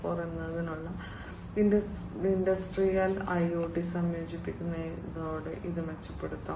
0 എന്നതിനായുള്ള industrial IoT സംയോജിപ്പിക്കുന്നതോടെ ഇത് മെച്ചപ്പെടും